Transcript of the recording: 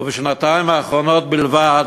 ובשנתיים האחרונות בלבד